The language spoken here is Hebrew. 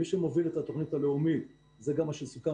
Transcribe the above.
מי שמוביל את התוכנית הלאומית - זה גם מה שסוכם